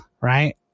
right